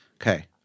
okay